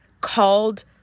called